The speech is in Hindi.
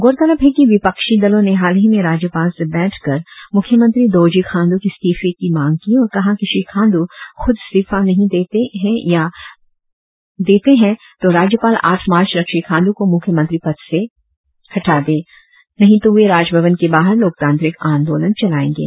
गौरतलब है कि विपक्षी दलों ने हाल ही में राज्यपाल से भेंटकर मुख्यमंत्री दोरजी खांडू की इस्तीफे की मांग की और कहा कि श्री खांडू खुद इस्तीफा नही देते है या राज्यपाल आठ मार्च तक श्री खांडू को मुख्यमंत्री पद से नही हटाते है तो वे राजभवन के बाहर लोकतांत्रिक आंदोलन चलाऐंगे